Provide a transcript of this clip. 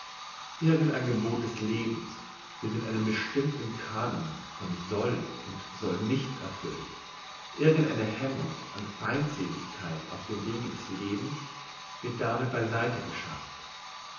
ein gebot des lebens wird mit einem bestimmten kanon von soll und soll nicht erfüllt irgend eine hemmung und feindseligkeit auf dem wege des lebens wird damit bei seite geschafft